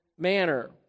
Manner